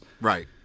right